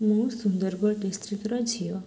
ମୁଁ ସୁନ୍ଦରଗଡ଼ ଡିଷ୍ଟ୍ରିକ୍ଟର ଝିଅ